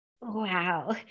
wow